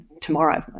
tomorrow